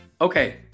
Okay